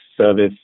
service